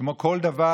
כמו כל דבר.